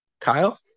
Kyle